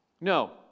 No